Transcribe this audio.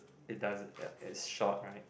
it doesn~ ya is short right